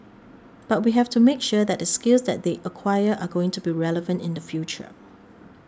but we have to make sure that the skills that they acquire are going to be relevant in the future